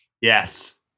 Yes